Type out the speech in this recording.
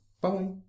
Bye